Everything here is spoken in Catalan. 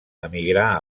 emigrà